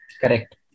Correct